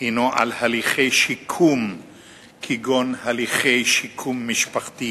הוא בהליכי שיקום כגון הליכי שיקום משפחתי